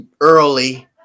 Early